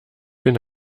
bin